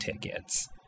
tickets